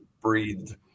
breathed